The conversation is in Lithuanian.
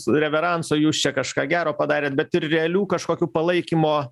reveranso jūs čia kažką gero padarėte bet ir realių kažkokių palaikymo